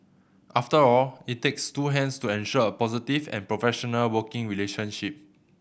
after all it takes two hands to ensure a positive and professional working relationship